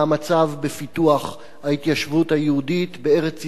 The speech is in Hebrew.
בפיתוח ההתיישבות היהודית בארץ-ישראל.